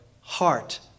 heart